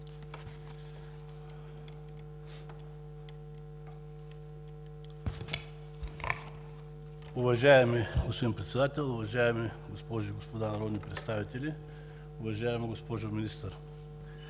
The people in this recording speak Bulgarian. Уважаеми господин Председател, уважаеми госпожи и господа народни представители! Уважаема госпожо Министър,